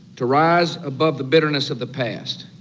to rise above the bitterness of the past